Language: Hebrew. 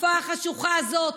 התקופה החשוכה הזאת,